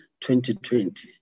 2020